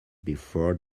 before